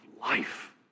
life